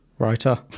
writer